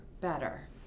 Better